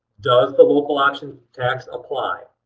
does the local option tax apply?